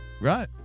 Right